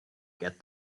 get